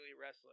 Wrestling